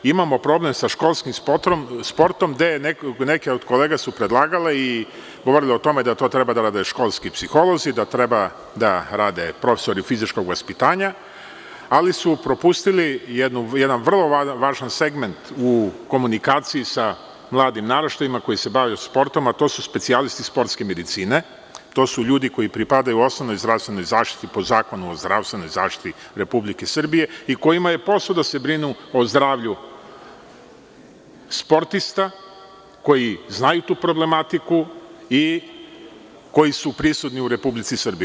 Imamo problem sa školskim sportom, a neke od kolega su predlagale i govorile o tome da to treba da rade školski psiholozi, da treba da rade profesori fizičkog vaspitanja, ali su propustili jedan vrlo važan segment u komunikaciji sa mladim naraštajima koji se bave sportom, a to su specijalisti sportske medicine, to su ljudi koji pripadaju osnovnoj zdravstvenoj zaštiti po Zakonu o zdravstvenoj zaštiti Republike Srbije i kojima je posao da se brinu o zdravlju sportista koji znaju tu problematiku i koji su prisutni u Republici Srbiji.